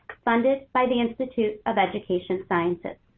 funded by the institute of education sciences,